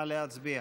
נא להצביע.